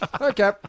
Okay